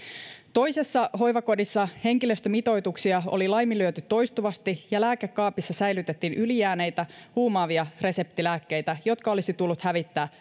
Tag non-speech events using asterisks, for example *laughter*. toisessa hoivakodissa henkilöstömitoituksia oli laiminlyöty toistuvasti ja lääkekaapissa säilytettiin ylijääneitä huumaavia reseptilääkkeitä jotka olisi tullut hävittää *unintelligible*